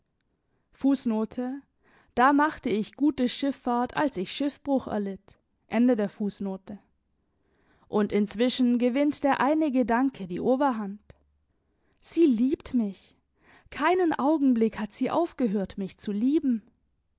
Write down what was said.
da machte ich gute schiffahrt als ich schiffbruch erlitt und inzwischen gewinnt der eine gedanke die oberhand sie liebt mich keinen augenblick hat sie aufgehört mich zu lieben